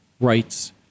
rights